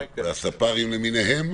והספארים למיניהם